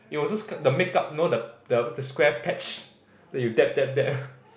it was just the makeup know the with the square patch then you dab dab dab